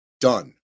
done